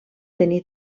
tenir